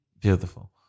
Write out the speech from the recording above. Beautiful